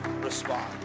respond